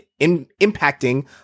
impacting